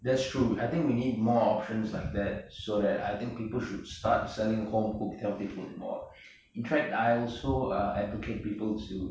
that's true I think we need more options like that so that I think people should start selling home cooked healthy food more in fact I also err advocate people to